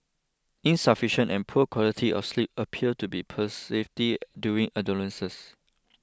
insufficient and poor quality of sleep appear to be during adolescence